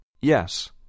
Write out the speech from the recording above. Yes